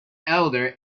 elder